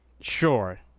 sure